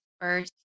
first